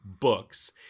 books